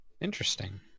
Interesting